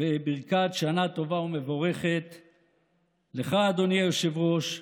בברכת שנה טובה ומבורכת לך, אדוני היושב-ראש,